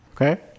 Okay